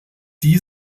die